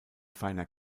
feiner